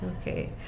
Okay